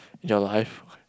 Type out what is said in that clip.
in your life